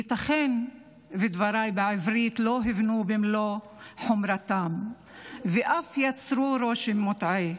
ייתכן שדבריי בעברית לא הובנו במלוא חומרתם ואף יצרו רושם מוטעה,